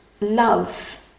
love